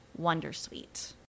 Wondersuite